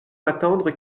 m’attendre